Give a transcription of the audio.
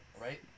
right